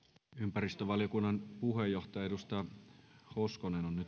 ympäristövaliokunnan puheenjohtaja edustaja hoskonen on